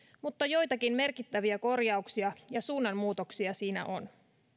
mutta joitakin merkittäviä korjauksia ja suunnanmuutoksia siinä on